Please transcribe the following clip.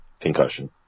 concussion